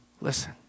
Listen